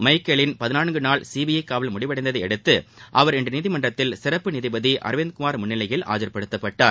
மைக்கேலின் பதினான்குநாள் சிபிஐ காவல் முடிவடைந்ததையடுத்து அவர் இன்று நீதிமன்றத்தில் சிறப்பு நீதிபதி அரவிந்த் குமார் முன்னிலையில் ஆஜர்படுத்தப்பட்டார்